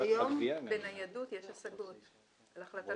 בניידות יש השגות על החלטת